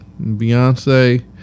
Beyonce